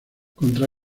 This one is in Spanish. contra